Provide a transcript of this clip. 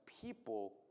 people